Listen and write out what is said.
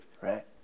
Right